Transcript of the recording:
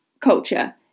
culture